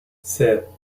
sept